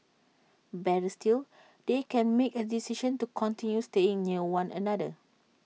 better still they can make A decision to continue staying near one another